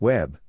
Web